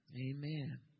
Amen